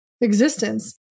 existence